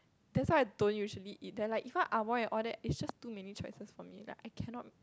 that's why I don't usually eat like even Amoy like all that it's just too many choices for me that I cannot